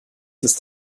ist